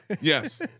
Yes